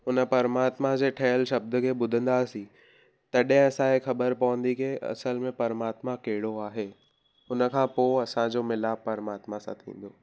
उन परमात्मा जे ठहियलु शब्द खे ॿुधंदासीं तॾहिं असांखे ख़बरु पवंदी की असल में परमात्मा कहिड़ो आहे उन खां पोइ असांजो मिलाप परमात्मा सां थींदो